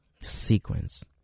Sequence